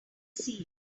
seen